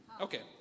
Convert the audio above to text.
Okay